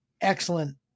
excellent